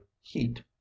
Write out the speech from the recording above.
heat